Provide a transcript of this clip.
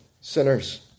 sinners